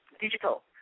digital